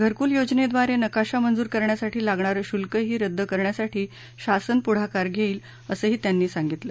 घरकुल योजनेद्वारे नकाशा मंजूर करण्यासाठी लागणारं शुल्कही रद्द करण्यासाठी शासन पुढाकार घेईल असही त्यांनी सांगितलं